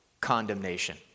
condemnation